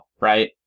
right